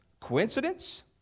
Coincidence